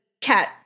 cat